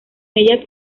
ellas